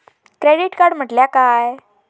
Credit card म्हटल्या काय?